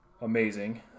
amazing